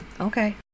Okay